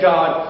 God